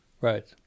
Right